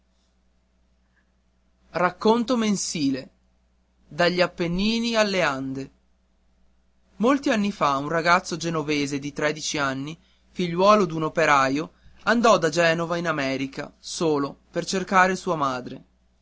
dagli appennini alle ande racconto mensile molti anni fa un ragazzo genovese di tredici anni figliuolo d'un operaio andò da genova in america da solo per cercare sua madre